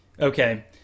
Okay